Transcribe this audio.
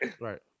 Right